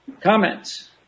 Comments